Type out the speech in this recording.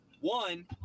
One